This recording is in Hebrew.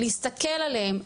להסתכל עליהם,